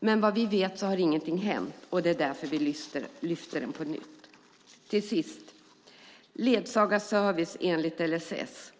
men vad vi vet har ingenting hänt. Det är därför vi lyfter fram den på nytt. Till sist om ledsagarservice enligt LSS.